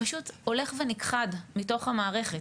פשוט הולך ונכחד מתוך המערכת.